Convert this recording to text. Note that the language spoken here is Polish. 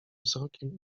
wzrokiem